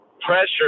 pressure